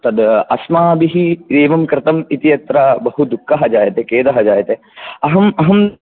तद् अस्माभिः एवं कृतम् इति अत्र बहु दुःखं जायते बहु खेदः जायते अहं अहं